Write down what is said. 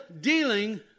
dealing